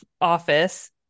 office